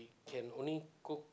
can only cook